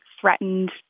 threatened